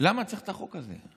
למה צריך את החוק הזה?